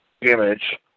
image